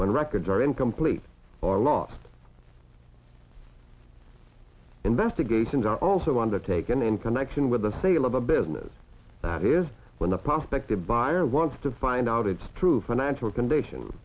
when records are incomplete or lost investigations are also undertaken in connection with the sale of a business that is when the prospect of buyer wants to find out it's through financial condition